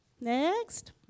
Next